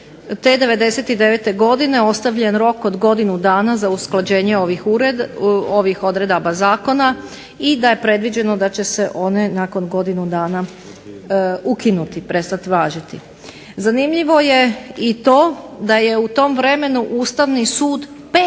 te '99. godine ostavljen rok od godinu dana za usklađenje ovih odredaba zakona i da je predviđeno da će se one nakon godinu dana ukinuti, prestati važiti. Zanimljivo je i to da je u tom vremenu Ustavni sud